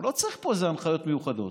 הוא לא צריך פה הנחיות מיוחדות,